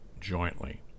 jointly